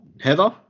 Heather